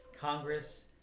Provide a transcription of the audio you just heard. Congress